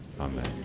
Amen